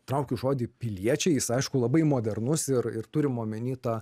traukiu žodį piliečiai jis aišku labai modernus ir ir turima omenyje tą